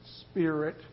Spirit